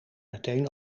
meteen